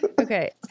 okay